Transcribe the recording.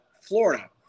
Florida